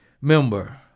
member